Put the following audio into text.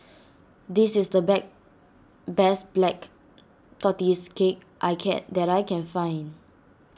this is the bet best Black Tortoise Cake I can that I can find